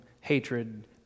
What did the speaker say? hatred